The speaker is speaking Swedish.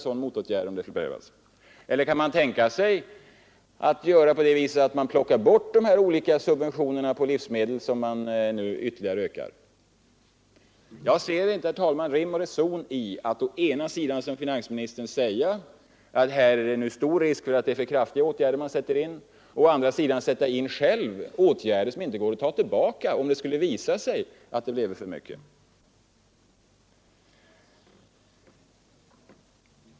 Kan regeringen tänka sig att plocka bort subventionerna på livsmedel, som man nu ytterligare ökar? Jag ser inte, herr talman, rim och reson i att å ena sidan som finansministern säga, att här är det stor risk för att det är för kraftiga åtgärder man sätter in, och å andra sidan själv sätta in åtgärder som inte går att ta tillbaka, om det skulle visa sig att det blev för mycket.